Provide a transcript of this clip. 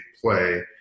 play